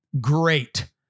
Great